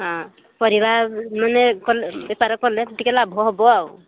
ହଁ ପରିବା ମାନେ କଲେ ବେପାର କଲେ ଟିକେ ଲାଭ ହବ ଆଉ